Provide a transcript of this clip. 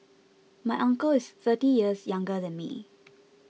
my uncle is thirty years younger than me